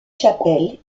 chapelle